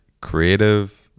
creative